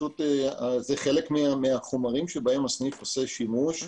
זה חלק מן החומרים שבהם הסניף עושה שימוש,